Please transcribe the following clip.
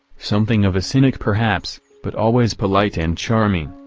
something of a cynic perhaps, but always polite and charming.